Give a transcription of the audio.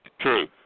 true